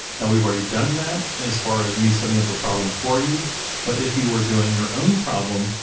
now we've already done that as far as me setting up the problem for you but if you are doing your own problem,